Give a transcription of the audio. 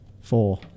Four